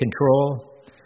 control